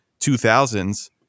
2000s